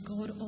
God